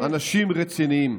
אתם אנשים רציניים.